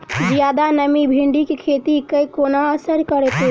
जियादा नमी भिंडीक खेती केँ कोना असर करतै?